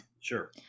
Sure